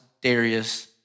Darius